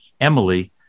Emily